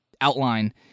outline